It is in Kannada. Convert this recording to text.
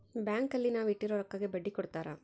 ಬ್ಯಾಂಕ್ ಅಲ್ಲಿ ನಾವ್ ಇಟ್ಟಿರೋ ರೊಕ್ಕಗೆ ಬಡ್ಡಿ ಕೊಡ್ತಾರ